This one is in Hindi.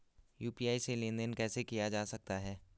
यु.पी.आई से लेनदेन कैसे किया जा सकता है?